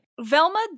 Velma